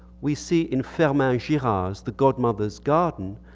we see in firmin-girard's the godmother's garden,